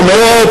אני מבין אותם.